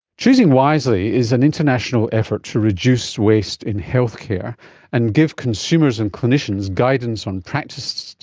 choosing wisely is an international effort to reduce waste in healthcare and give consumers and clinicians guidance on practices,